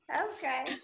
Okay